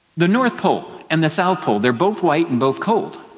the north pole and the south pole, they're both white and both cold,